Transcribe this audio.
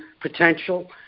potential